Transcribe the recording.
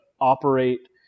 operate